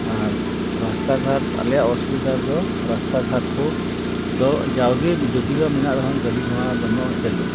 ᱟᱨ ᱨᱟᱥᱛᱟ ᱜᱷᱟᱴ ᱟᱞᱮᱭᱟᱜ ᱚᱥᱩᱵᱤᱫᱟ ᱨᱮᱫᱚ ᱨᱟᱥᱛᱟ ᱜᱷᱟᱴ ᱠᱚ ᱫᱚ ᱡᱟᱣ ᱜᱮ ᱡᱩᱫᱤ ᱵᱟ ᱢᱮᱱᱟᱜ ᱨᱮᱦᱚᱸ ᱜᱟᱹᱰᱤ ᱜᱷᱚᱲᱟ ᱵᱟᱱᱩᱜᱼᱟ ᱪᱟᱞᱩ